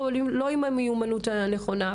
או לא עם המיומנות הנכונה,